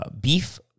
beef